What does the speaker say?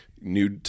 new